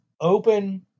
open